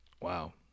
wow